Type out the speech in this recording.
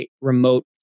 remote